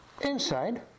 inside